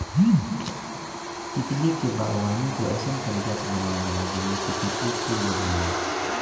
तितली के बागवानी के अइसन तरीका से बनावल जाला जेमें कि तितली कुल लोभा जाये